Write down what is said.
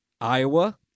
Iowa